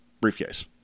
briefcase